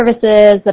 services